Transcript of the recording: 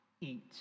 eat